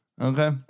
Okay